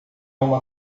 uma